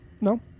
No